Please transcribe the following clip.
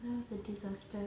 that was a disaster